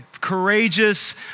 Courageous